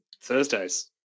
Thursdays